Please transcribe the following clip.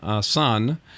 son